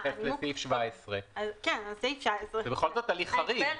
אני מסתכל בסעיף 17. זה בכל זאת הליך חריג.